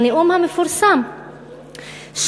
הנאום המפורסם,